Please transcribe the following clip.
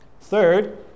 Third